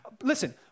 listen